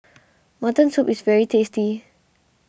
Mutton Soup is very tasty